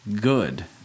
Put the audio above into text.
good